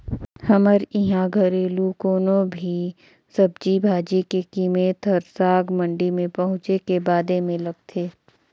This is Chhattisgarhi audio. हमर इहां घरेलु कोनो भी सब्जी भाजी के कीमेत हर साग मंडी में पहुंचे के बादे में लगथे